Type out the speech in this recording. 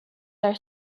are